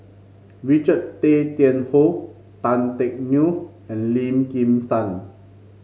Richard Tay Tian Hoe Tan Teck Neo and Lim Kim San